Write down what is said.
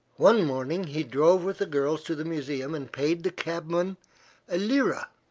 one morning he drove with the girls to the museum and paid the cabman a lira,